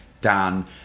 Dan